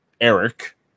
Eric